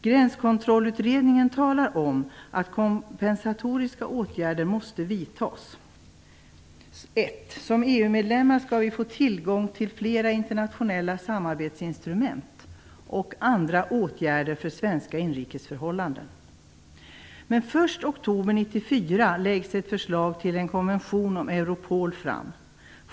Gränskontrollutredningen talar om att kompensatoriska åtgärder måste vidtas. Som EU medlemmar skall vi få tillgång till flera internationella samarbetsinstrument och andra åtgärder för svenska inrikesförhållanden. Men först i oktober 1994 läggs ett förslag till en konvention om Europol fram.